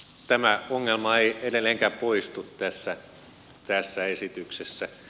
tämä ongelma ei edelleenkään poistu tässä esityksessä